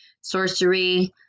sorcery